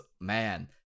man